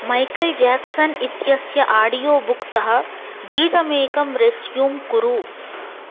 Michael Jackson audio आडियो बुक्तः गीतमेकं रेस्यूम् कुरु